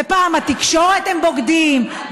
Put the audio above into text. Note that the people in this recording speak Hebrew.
ופעם התקשורת הם בוגדים,